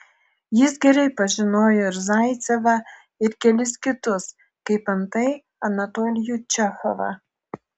jis gerai pažinojo ir zaicevą ir kelis kitus kaip antai anatolijų čechovą